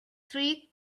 three